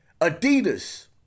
Adidas